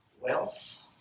wealth